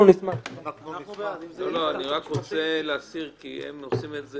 בעד --- מקובל --- הם עושים את זה